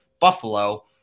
Buffalo